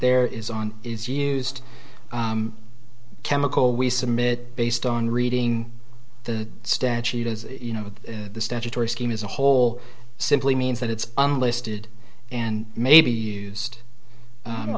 there is on is used chemical we submit based on reading the stat sheet as you know the statutory scheme as a whole simply means that it's unlisted and maybe used